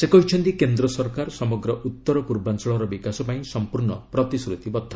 ସେ କହିଛନ୍ତି କେନ୍ଦ୍ର ସରକାର ସମଗ୍ର ଉତ୍ତର ପୂର୍ବାଞ୍ଚଳର ବିକାଶ ପାଇଁ ସମ୍ପୂର୍ଣ୍ଣ ପ୍ରତିଶ୍ରୁତିବଦ୍ଧ